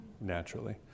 naturally